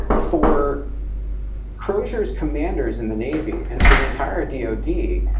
for crozier is commanders in the navy and for the entire d o d.